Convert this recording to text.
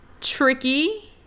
tricky